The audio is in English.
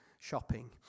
shopping